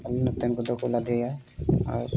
ᱟᱞᱮ ᱱᱚᱛᱮᱱ ᱠᱚᱫᱚ ᱠᱚ ᱞᱟᱫᱮᱭᱟ ᱟᱨ